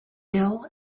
ill